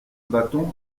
bâton